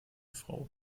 frau